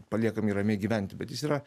paliekam jį ramiai gyventi bet jis yra